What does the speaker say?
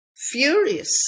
furious